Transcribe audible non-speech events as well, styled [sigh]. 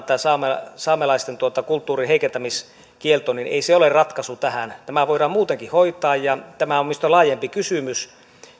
[unintelligible] tämä saamelaisten kulttuurin heikentämiskielto ole ratkaisu tähän tämä voidaan muutenkin hoitaa tämä on minusta laajempi kysymys